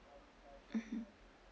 mmhmm